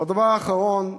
הדבר האחרון,